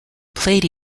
played